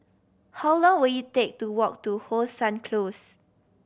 how long will it take to walk to How Sun Close